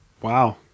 Wow